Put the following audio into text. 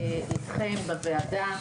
אני נמצאת איתכם בזום ולא באולם הוועדה.